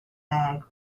bag